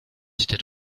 that